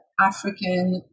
African